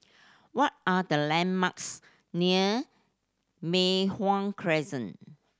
what are the landmarks near Mei Hwan Crescent